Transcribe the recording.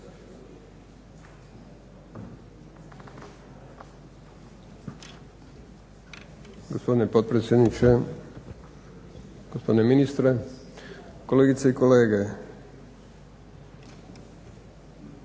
Gospodine potpredsjedniče, gospodine ministre, kolegice i kolege.